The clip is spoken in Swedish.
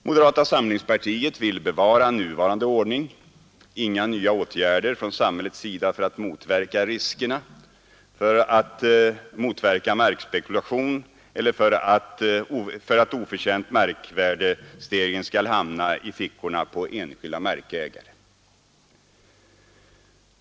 Moderata samlingspartiet vill bevara nuvarande ordning — inga nya åtgärder från samhällets sida för att motverka riskerna, för markspekulation eller för att oförtjänt markvärdestegring skall hamna i fickorna på enskilda markägare.